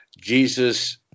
Jesus